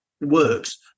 works